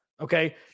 Okay